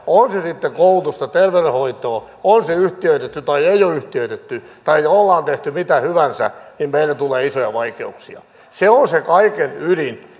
on se sitten koulutusta terveydenhoitoa on se yhtiöitetty tai ei ole yhtiöitetty tai ollaan tehty mitä hyvänsä tulee isoja vaikeuksia se on se kaiken ydin